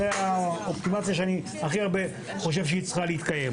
זו האופטימיזציה שאני הכי חושב שצריכה להתקיים.